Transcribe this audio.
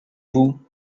vous